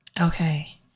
Okay